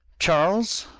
charles,